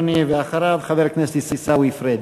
אחריו, חבר הכנסת עיסאווי פריג'.